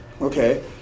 okay